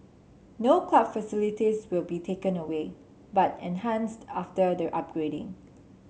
no club facilities will be taken away but enhanced after the upgrading